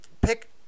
pick